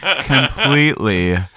Completely